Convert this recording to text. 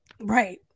Right